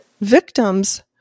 Victims